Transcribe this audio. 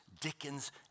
Dickens